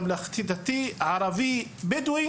ממלכתי דתי, ערבי וערבי בדואי.